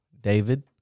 David